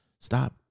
Stop